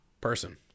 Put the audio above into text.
person